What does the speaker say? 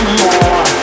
more